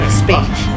speech